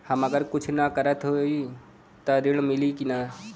हम अगर कुछ न करत हई त ऋण मिली कि ना?